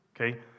okay